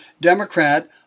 Democrat